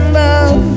love